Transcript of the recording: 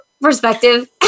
Perspective